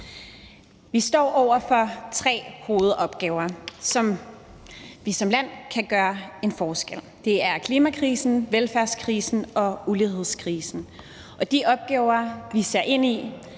Vi står over for tre hovedopgaver, som vi som land kan gøre en forskel i forhold til. Det er klimakrisen, velfærdskrisen og ulighedskrisen, og de opgaver, vi ser ind i,